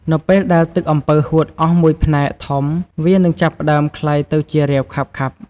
នៅពេលដែលទឹកអំពៅហួតអស់មួយផ្នែកធំ វានឹងចាប់ផ្ដើមក្លាយទៅជា រាវខាប់ៗ។